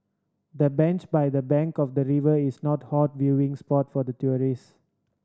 the bench by the bank of the river is a not hot viewing spot for tourist